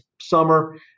summer